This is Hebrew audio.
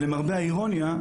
ולמרבה האירוניה,